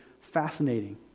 fascinating